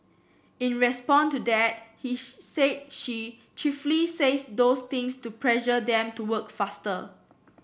in response to that he said she chiefly says those things to pressure them to work faster